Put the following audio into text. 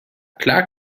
klar